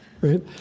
right